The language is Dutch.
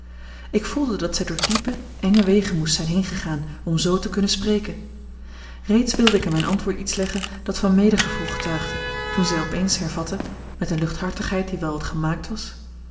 ik voelde dat zij door diepe enge wegen moest zijn heengegaan om zoo te kunnen spreken reeds wilde ik in mijn antwoord iets leggen dat van medegevoel getuigde toen zij op eens hervatte met eene luchthartigheid die wel wat gemaakt was